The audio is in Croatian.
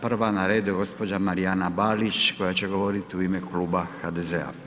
Prva na redu je gospođa Marijana Balić koja će govoriti u ime Kluba HDZ-a.